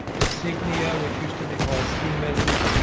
signia, which used to be called siemens,